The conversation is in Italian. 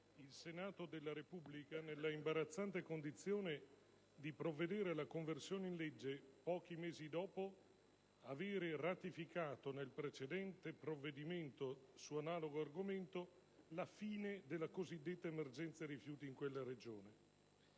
il Senato della Repubblica nella imbarazzante condizione di provvedere alla conversione in legge, pochi mesi dopo avere ratificato -nel precedente provvedimento su analogo argomento - la fine della cosiddetta emergenza rifiuti in quella Regione.